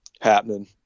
happening